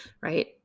right